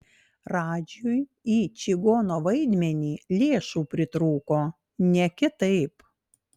radžiui į čigono vaidmenį lėšų pritrūko ne kitaip